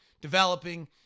developing